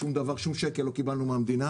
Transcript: שום שקל לא קיבלנו מהמדינה